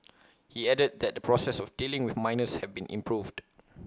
he added that the process of dealing with minors have been improved